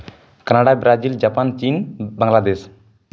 Canada Brazil Japan ᱪᱤᱱ ᱵᱟᱝᱞᱟᱫᱮᱥ